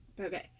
Okay